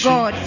God